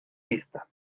lista